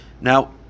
Now